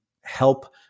help